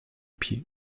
pied